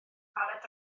aled